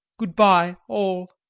good-bye, all!